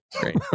great